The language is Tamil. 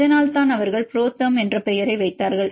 இதனால்தான் அவர்கள் புரோதெர்ம் என்ற பெயரை வைத்தார்கள்